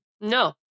No